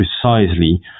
precisely